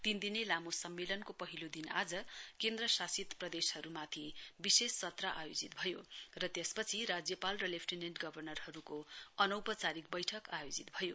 तीन दिने लामो सम्मेलनको पहिलो दिन आज केन्द्र शासित प्रदेशहरूमाथि विशेष सत्र आयोजित भयो र त्यसपछि राज्यपाल र लेफ्टिनेन्ट गवर्नरहरूको अनौपचारिक बैठक आयोजित भयो